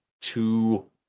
two